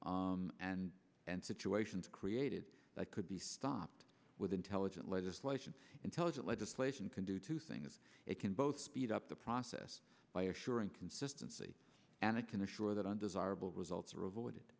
and and situations created that could be stopped with intelligent legislation intelligent legislation can do two things it can both speed up the process by assuring consistency and it can assure that undesirable results are avo